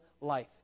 life